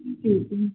ம் ம்